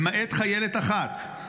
למעט חיילת אחת,